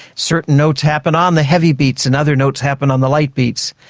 certain notes happen on the heavy beats, and other notes happen on the light beats.